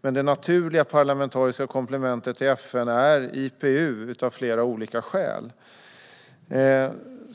Men det naturliga parlamentariska komplementet till FN är IPU av flera olika skäl.